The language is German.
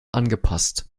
angepasst